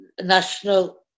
national